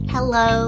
Hello